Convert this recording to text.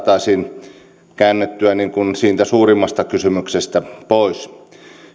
ilmeisesti saataisiin käännettyä siitä suurimmasta kysymyksestä pois